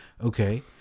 Okay